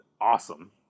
awesome